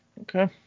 Okay